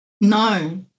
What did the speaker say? No